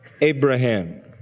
Abraham